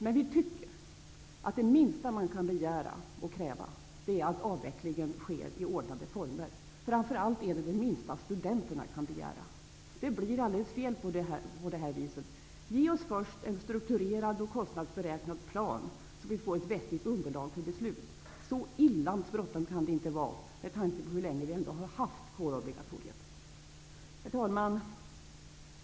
Men vi tycker att det minsta man kan kräva är att avvecklingen skall ske i ordnade former, framför allt är detta det minsta studenterna kan begära. Det blir alldeles fel på detta sätt. Ge oss först en strukturerad och kostnadsberäknad plan så att vi får ett vettigt beslutsunderlag. Så himmelens bråttom kan det väl inte vara med tanke på hur länge vi har haft kårobligatoriet. Herr talman!